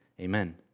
Amen